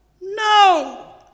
no